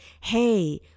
Hey